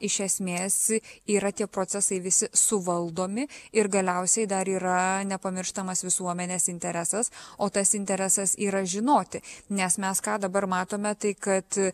iš esmės yra tie procesai visi suvaldomi ir galiausiai dar yra nepamirštamas visuomenės interesas o tas interesas yra žinoti nes mes ką dabar matome tai kad